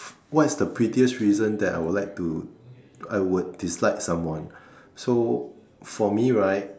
what is the pettiest reason that I would like to I would dislike someone so for me right